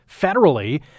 federally